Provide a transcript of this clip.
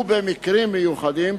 ובמקרים מיוחדים,